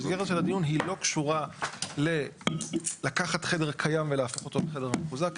המסגרת של הדיון היא לא קשורה ללקחת חדר קיים ולהפוך אותו לחדר מחוזק,